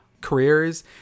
careers